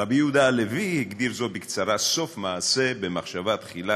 רבי יהודה הלוי הגדיר זאת בקצרה "סוף מעשה במחשבה תחילה".